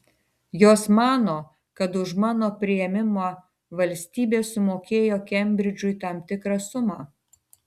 jos mano kad už mano priėmimą valstybė sumokėjo kembridžui tam tikrą sumą